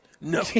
No